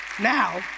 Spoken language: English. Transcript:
Now